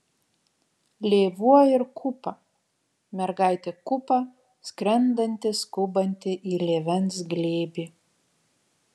lėvuo ir kupa mergaitė kupa skrendanti skubanti į lėvens glėbį